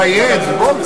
אז תיאזרו קצת בסבלנות.